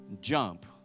Jump